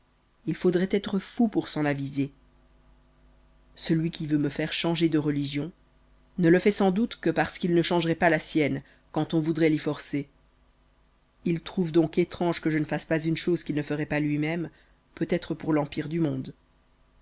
il faudroit être fou pour s'en aviser celui qui veut me faire changer de religion ne le fait sans doute que parce qu'il ne changeroit pas la sienne quand on voudroit l'y forcer il trouve donc étrange que je ne fasse pas une chose qu'il ne feroit pas lui-même peut-être pour l'empire du monde